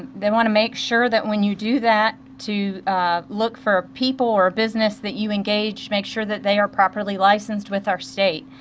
they want to make sure that when you do that, to look for people or business that you engage, make sure they are properly licensed with our state.